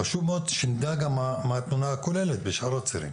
חשוב מאוד שנדע גם מה התמונה הכוללת בשאר הצירים.